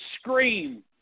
scream